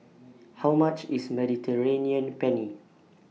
How much IS Mediterranean Penne